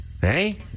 Hey